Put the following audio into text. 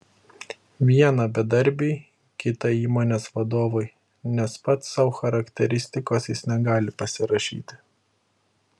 vieną bedarbiui kitą įmonės vadovui nes pats sau charakteristikos jis negali pasirašyti